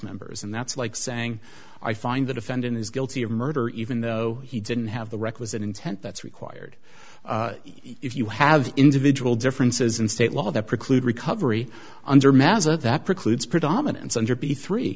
members and that's like saying i find the defendant is guilty of murder even though he didn't have the requisite intent that's required if you have individual differences in state law that preclude recovery under mazza that precludes predominan